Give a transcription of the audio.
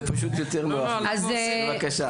בבקשה.